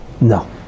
No